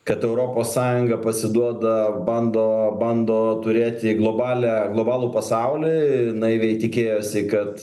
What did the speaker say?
kad europos sąjunga pasiduoda bando bando turėti globalią globalų pasaulį naiviai tikėjosi kad